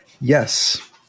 Yes